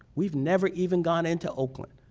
we've never even gone into oakland.